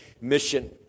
mission